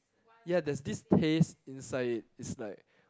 ya there's this taste inside it it's like